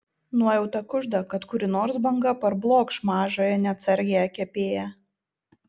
nuojauta kužda kad kuri nors banga parblokš mažąją neatsargiąją kepėją